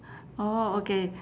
orh okay